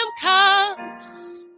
comes